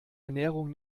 ernährung